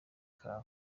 kawe